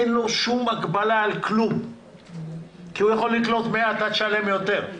אין לו כל הגבלה על כלום כי הוא יכול לקלוט 100 ואתה תשלם יותר.